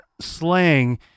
slang